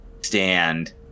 stand